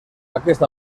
aquest